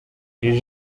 iri